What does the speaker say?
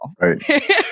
right